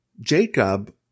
Jacob